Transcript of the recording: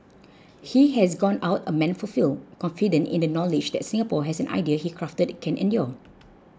he has gone out a man fulfilled confident in the knowledge that Singapore as an idea he crafted can endure